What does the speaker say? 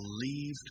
believed